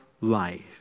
life